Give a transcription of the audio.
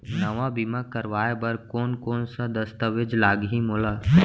नवा बीमा करवाय बर कोन कोन स दस्तावेज लागही मोला?